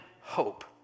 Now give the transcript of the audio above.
hope